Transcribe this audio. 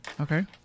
okay